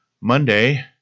Monday